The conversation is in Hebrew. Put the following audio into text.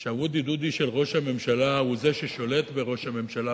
שה Woody Doody-של ראש הממשלה הוא ששולט בראש הממשלה,